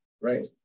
right